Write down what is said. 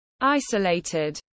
isolated